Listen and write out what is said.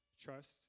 Trust